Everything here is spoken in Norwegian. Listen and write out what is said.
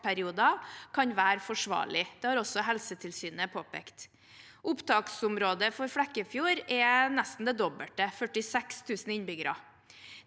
kan være forsvarlig. Det har også Helsetilsynet påpekt. Opptaksområdet for Flekkefjord er nesten det dobbelte, 46 000 innbyggere.